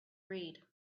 read